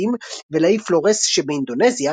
כרתים ולאי פלורס שבאינדונזיה,